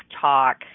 talk